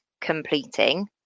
completing